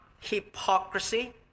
hypocrisy